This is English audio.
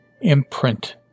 imprint